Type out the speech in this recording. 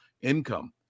income